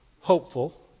hopeful